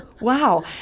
Wow